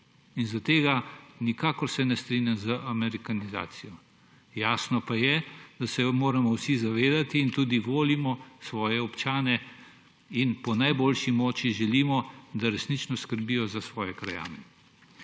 In zaradi tega se nikakor ne strinjam z amerikanizacijo. Jasno pa je, da se moramo vsi zavedati in tudi volimo svoje občane in po najboljši moči želimo, da resnično skrbijo za svoje krajane.